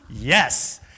Yes